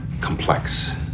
complex